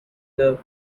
the